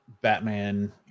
batman